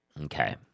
Okay